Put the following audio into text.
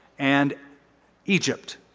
and egypt.